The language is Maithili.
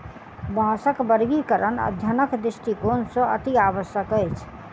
बाँसक वर्गीकरण अध्ययनक दृष्टिकोण सॅ अतिआवश्यक अछि